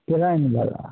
टिरेनवला